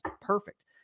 perfect